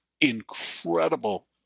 incredible